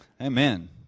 Amen